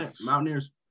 Mountaineers